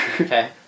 Okay